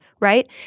right